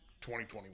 2021